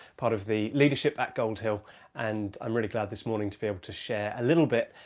part of the leadership at gold hill and i'm really glad this morning to be able to share a little bit,